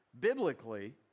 biblically